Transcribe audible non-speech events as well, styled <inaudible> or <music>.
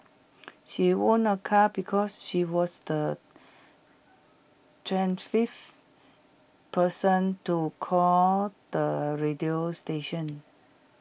she won A car because she was the <unintelligible> person to call the radio station